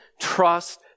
trust